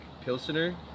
Pilsener